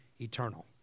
eternal